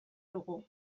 dugu